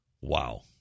Wow